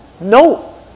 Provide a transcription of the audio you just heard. No